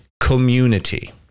community